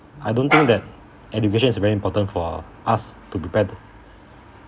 I don't think that education is very important for us to prepare to